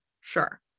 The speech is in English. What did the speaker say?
sure